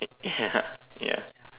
ya ya